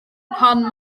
pan